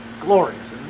Glorious